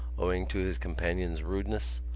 owing to his companion's rudeness,